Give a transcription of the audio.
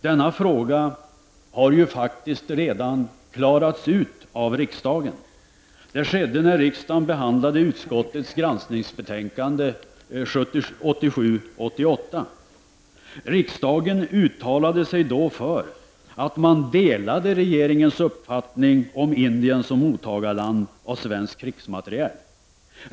Denna fråga har ju faktiskt redan klarats ut av riksdagen. Det skedde när riksdagen behandlade utskottets granskningsbetänkande 1987/88. Riksdagen uttalade då att man delade regeringens uppfattning om Indien som mottagarland av svensk krigsmateriel.